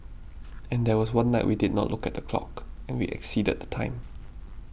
and there was one night we did not look at the clock and we exceeded the time